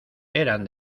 eran